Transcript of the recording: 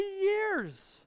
years